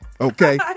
okay